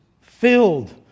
filled